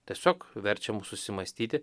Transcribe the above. tiesiog verčia mus susimąstyti